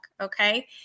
okay